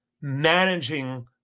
managing